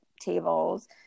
tables